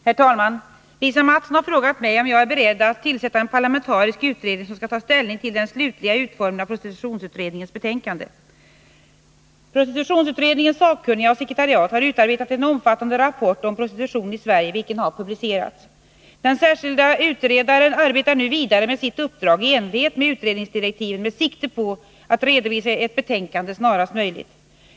Herr talman! Lisa Mattson har frågat mig om jag är beredd att tillsätta en parlamentarisk utredning som skall ta ställning till den slutliga utformningen av prostitutionsutredningens betänkande. Prostitutionsutredningens sakkunniga och sekretariat har utarbetat en omfattande rapport om prostitutionen i Sverige vilken har publicerats. Den 57 särskilda utredaren arbetar nu vidare med sitt uppdrag i enlighet med utredningsdirektiven med sikte på att redovisa ett betänkande snarast möjligt.